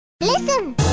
Listen